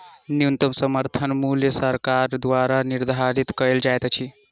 न्यूनतम समर्थन मूल्य सरकार द्वारा निधारित कयल जाइत अछि